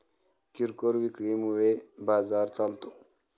किरकोळ विक्री मुळे बाजार चालतो